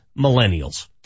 millennials